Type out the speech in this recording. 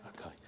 Okay